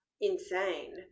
insane